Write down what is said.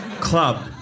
club